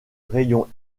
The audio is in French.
rayons